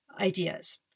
ideas